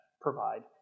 provide